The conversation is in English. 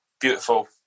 beautiful